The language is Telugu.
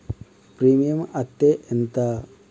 ప్రీమియం అత్తే ఎంత?